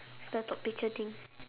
the top picture thing